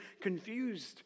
confused